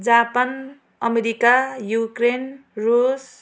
Japan America Ukraine रुस